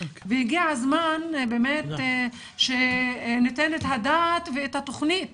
הגיע הזמן באמת שניתן אתהדעת ואת התוכנית